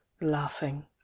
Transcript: laughing